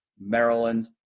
maryland